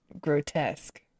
grotesque